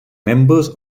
members